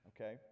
okay